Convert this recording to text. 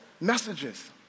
messages